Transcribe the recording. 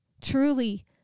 truly